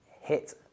hit